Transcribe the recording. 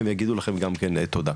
הם יגידו לכם גם כן תודה.